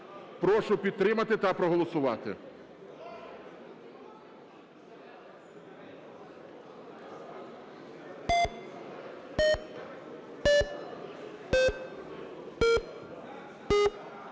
Прошу підтримати та проголосувати.